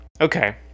okay